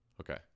Okay